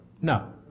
No